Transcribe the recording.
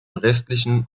restlichen